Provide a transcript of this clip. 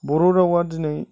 बर' रावा दिनै